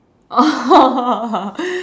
oh